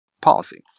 policy